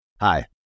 Hi